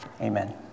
Amen